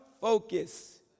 focus